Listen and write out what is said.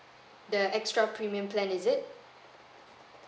the extra premium plan is it